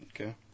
Okay